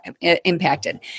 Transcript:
impacted